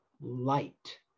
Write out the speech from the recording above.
light